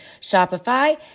Shopify